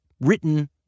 written